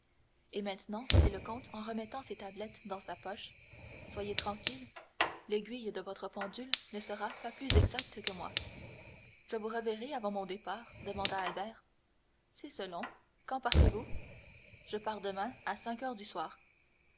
et maintenant dit le comte en remettant ses tablettes dans sa poche soyez tranquille l'aiguille de votre pendule ne sera pas plus exacte que moi je vous reverrai avant mon départ demanda albert c'est selon quand partez-vous je pars demain à cinq heures du soir